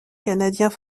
canadiens